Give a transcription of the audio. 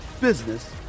business